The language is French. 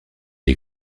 est